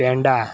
peda